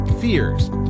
fears